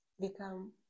become